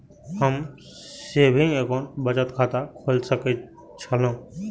हम बचत खाता कोन खोली?